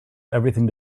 everything